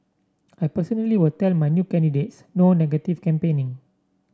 I personally will tell my new candidates no negative campaigning